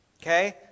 Okay